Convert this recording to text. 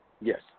Yes